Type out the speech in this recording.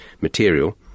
material